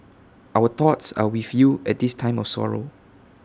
our thoughts are with you at this time of sorrow